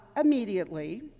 immediately